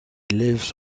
lives